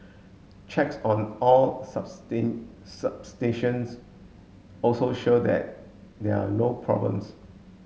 checks on all substations also showed that there are no problems